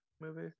movie